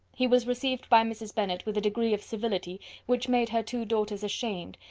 he was received by mrs. bennet with a degree of civility which made her two daughters ashamed,